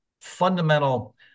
fundamental